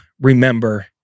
remember